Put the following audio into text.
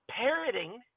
parroting